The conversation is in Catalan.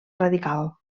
radical